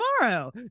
tomorrow